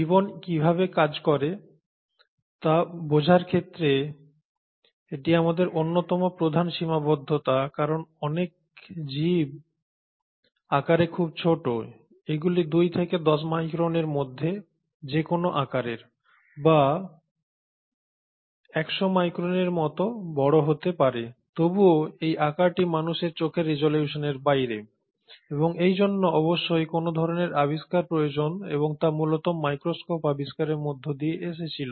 জীবন কীভাবে কাজ করে তা বোঝার ক্ষেত্রে এটি আমাদের অন্যতম প্রধান সীমাবদ্ধতা কারণ অনেক জীবই আকারে খুব ছোট এগুলি 2 থেকে 10 মাইক্রনের মধ্যে যে কোনও আকারের বা 100 মাইক্রনের মত বড় হতে পারে তবুও এই আকারটি মানুষের চোখের রেজোলিউশনের বাইরে এবং এজন্য অবশ্যই কোন ধরনের আবিষ্কার প্রয়োজন এবং তা মূলত মাইক্রোস্কোপ আবিষ্কারের মধ্য দিয়ে এসেছিল